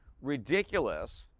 ridiculous